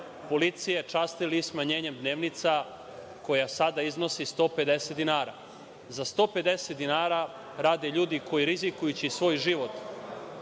policije častili sa smanjenjem dnevnica, koja sada iznosi 150 dinara. Za 150 dinara rade ljudi koji rizikuju svoj život,